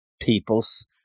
people's